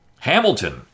Hamilton